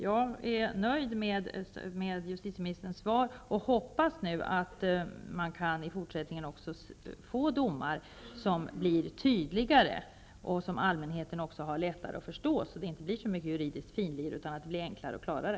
Jag är nöjd med justitieministerns svar och hoppas att domarna i fortsättningen kan bli tydligare, så att allmänheten har lättare att förstå dem. Då blir det inte så mycket juridiskt finlir, utan det blir enklare och klarare.